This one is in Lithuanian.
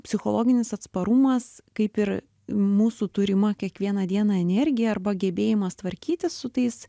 psichologinis atsparumas kaip ir mūsų turima kiekvieną dieną energija arba gebėjimas tvarkytis su tais